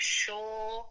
sure